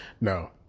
No